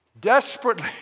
Desperately